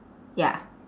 ya